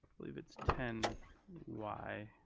believe it's ten y.